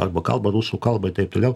arba kalba rusų kalba i taip toliau